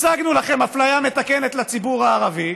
השגנו לכם אפליה מתקנת לציבור הערבי,